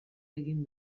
egin